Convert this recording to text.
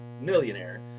millionaire